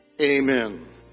Amen